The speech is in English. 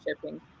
shipping